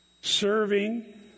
serving